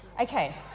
Okay